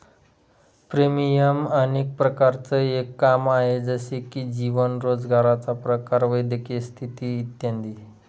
premium अनेक प्रकारांचं एक काम आहे, जसे की जीवन, रोजगाराचा प्रकार, वैद्यकीय स्थिती इत्यादी